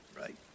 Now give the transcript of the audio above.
right